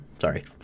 Sorry